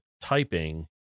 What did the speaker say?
typing